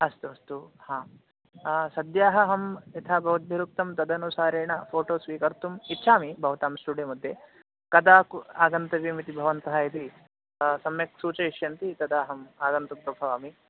अस्तु अस्तु हा सद्यः अहं यथा भवद्भिरुक्तं तदनुसारेण फ़ोटो स्वीकर्तुम् इच्छामि भवतां स्टुडियो मध्ये कदा कु आगन्तव्यम् इति भवन्तः यदि सम्यक् सूचयिष्यन्ति तदा अहम् आगन्तुं प्रभवामि